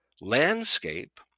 landscape